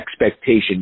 expectation